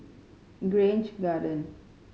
Grange Garden